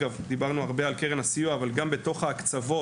דיברנו הרבה על קרן הסיוע אבל גם בתוך ההקצבות